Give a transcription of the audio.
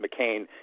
McCain